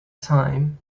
time